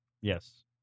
Yes